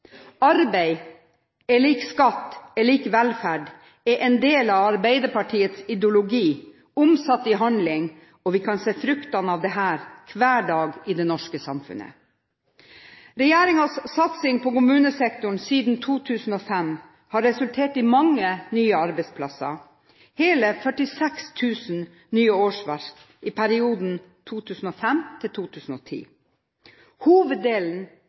Arbeid er lik skatt er lik velferd er en del Arbeiderpartiets ideologi, omsatt i handling, og vi kan se fruktene av dette hver dag i det norske samfunnet. Regjeringens satsing på kommunesektoren siden 2005 har resultert i mange nye arbeidsplasser, hele 46 000 nye årsverk i perioden 2005–2010. Hoveddelen